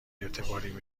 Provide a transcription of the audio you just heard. اعتباریم